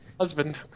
husband